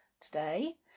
today